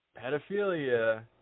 pedophilia